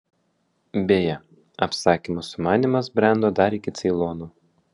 beje apsakymo sumanymas brendo dar iki ceilono